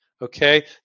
Okay